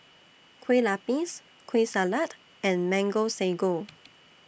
Kueh Lapis Kueh Salat and Mango Sago